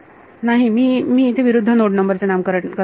नाही मी मी इथे विरुद्ध नोड नंबर ने नामकरण करत नाहीये